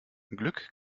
glück